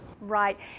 Right